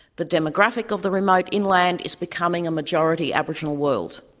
the demographic of the remote inland is becoming a majority aboriginal world,